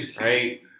right